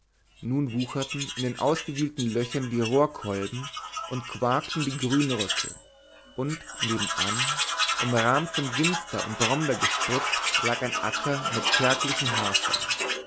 nun wucherten in den ausgewühlten löchern die rohrkolben und quakten die grünröcke und nebenan umrahmt von ginster und brombeergestrüpp lag ein acker mit kärglichem hafer